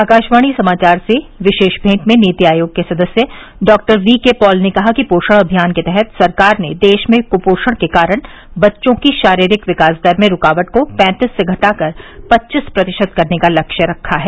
आकाशवाणी समाचार से विशेष भेंट में नीति आयोग के सदस्य डॉक्टर वीं के पॉल ने कहा कि पोषण अभियान के तहत सरकार ने देश में कुपोषण के कारण बच्चों की शारीरिक विकास दर में रूकावट को पैंतीस से घटाकर पच्चीस प्रतिशत करने का लक्ष्य रखा है